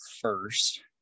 first